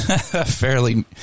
Fairly